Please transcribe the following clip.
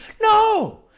No